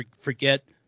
forget